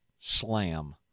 slam